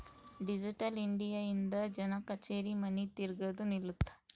digital India ಇಂದ ಜನ ಕಛೇರಿ ಮನಿ ತಿರ್ಗದು ನಿಲ್ಲುತ್ತ